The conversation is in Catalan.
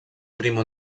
primo